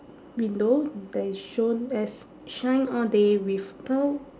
window there is shown as shine all day with pearl